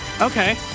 Okay